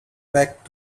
back